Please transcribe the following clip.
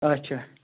اَچھا